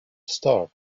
start